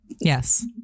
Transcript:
yes